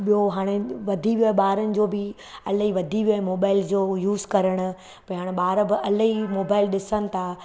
ॿियो हाणे वधी वियो आहे ॿारनि जो बि इलाही वधी वियो आहे मोबाइल जो यूज़ करणु भई हाणे ॿार इलाही मोबाइल ॾिसण था